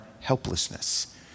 helplessness